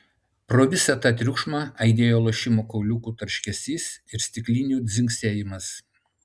pro visą tą triukšmą aidėjo lošimo kauliukų tarškesys ir stiklinių dzingsėjimas